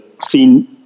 seen